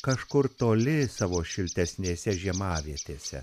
kažkur toli savo šiltesnėse žiemavietėse